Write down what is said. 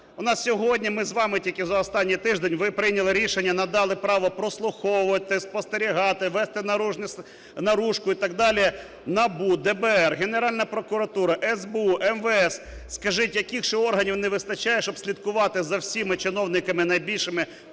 у нас сьогодні, ми з вами тільки за останній тиждень, ви прийняли рішення надали право прослуховувати, спостерігати, вести наружку і так далі НАБУ, ДБР, Генеральна прокуратура, СБУ, МВС. Скажіть, яких ще органів не вистачає, щоб слідкувати за всіма чиновниками, найбільшими